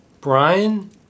Brian